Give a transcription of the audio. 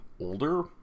older